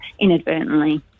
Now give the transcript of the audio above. inadvertently